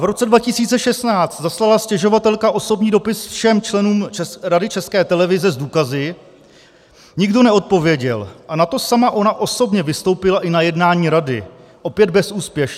V roce 2016 zaslala stěžovatelka osobní dopis všem členům Rady České televize s důkazy, nikdo neodpověděl, a na to sama ona osobně vystoupila i na jednání rady, opět bezúspěšně.